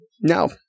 No